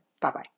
Bye-bye